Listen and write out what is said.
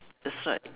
that's right